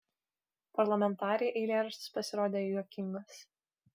parlamentarei eilėraštis pasirodė juokingas